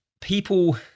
people